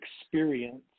experience